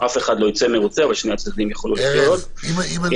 אף אחד לא ייצא מרוצה אבל שני הצדדים יוכלו לחיות עם החוזה.